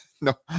no